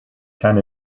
can